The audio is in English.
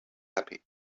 happy